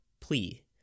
plea